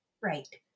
Right